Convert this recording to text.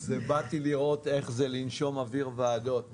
אז באתי לראות איך זה לנשום אוויר ועדות.